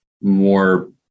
more